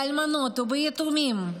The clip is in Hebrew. באלמנות וביתומים?